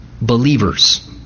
believers